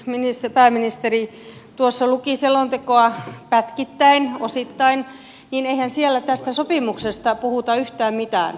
kun pääministeri tuossa luki selontekoa pätkittäin osittain niin eihän siellä tästä sopimuksesta puhuta yhtään mitään